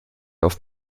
auf